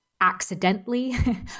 accidentally